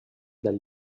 del